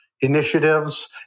initiatives